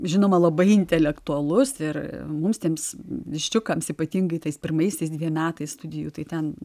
žinoma labai intelektualus ir mums tiems viščiukams ypatingai tais pirmaisiais dviem metais studijų tai ten